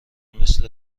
مثل